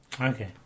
Okay